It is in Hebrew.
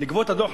לגבות את הדוח,